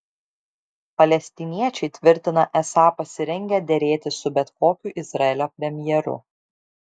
palestiniečiai tvirtina esą pasirengę derėtis su bet kokiu izraelio premjeru